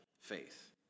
faith